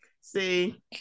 see